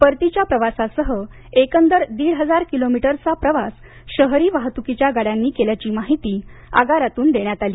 परतीच्या प्रवासासह एकदर दीड हजार किलोमीटरचा प्रवास शहरी वाहत्कीच्या गाड्यांनी केल्याची माहिती आगारातून देण्यात आली